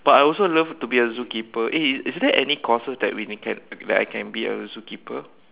but I also love to be a zookeeper eh is there any courses that we can that I can be a zookeeper